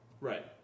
right